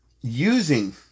using